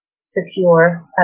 secure